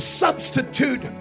substitute